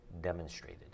demonstrated